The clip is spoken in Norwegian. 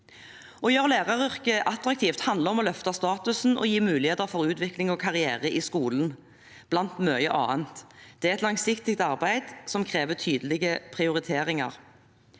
Å gjøre læreryrket attraktivt handler om å løfte statusen og gi muligheter for utvikling og karriere i skolen, blant mye annet. Det er et langsiktig arbeid som krever tydelige prioriteringer.